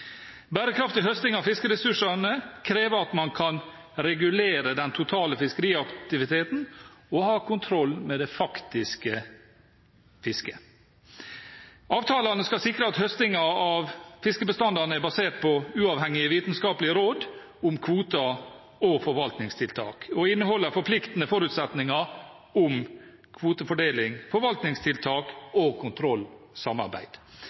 Bærekraftig høsting av fiskeressursene krever at man kan regulere den totale fiskeriaktiviteten og ha kontroll med det faktiske fisket. Avtalene skal sikre at høstingen av fiskebestandene er basert på uavhengige vitenskapelige råd om kvoter og forvaltningstiltak, og inneholder forpliktende forutsetninger om kvotefordeling,